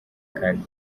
kandi